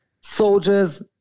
soldiers